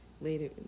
later